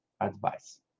advice